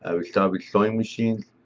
ah we start with sewing machines,